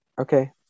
Okay